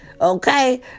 okay